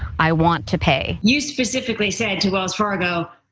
i want to pay. you specifically said to wells fargo,